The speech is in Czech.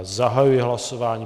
Zahajuji hlasování.